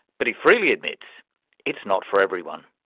but he freely admits it's not for everyone.